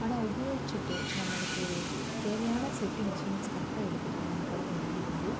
ஆனால் உபயோகித்துட்டு நம்மளுக்கு தேவையான சேஃப்ட்டி மெஷர்மெண்ட்ஸ் கரெக்டாக எடுத்துட்டு நம்ம பழகும் போது வந்து